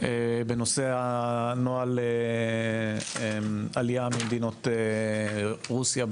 בנושא הנוהל של עלייה ממדינות רוסיה,